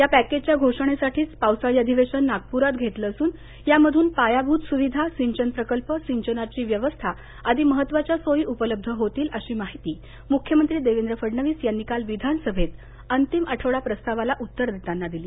या पॅकेजच्या घोषणेसाठीच पावसाळी अधिवेशन नागप्रात घेतलं असून यामधून पायाभूत सुविधा सिंचन प्रकल्प सिंचनाची व्यवस्था आदी महत्वाच्या सोयी उपलब्ध होतील अशी माहिती म्ख्यमंत्री देवेंद्र फडणवीस यांनी काल विधानसभेत अंतिम आठवडा प्रस्तावाला उत्तर देताना दिली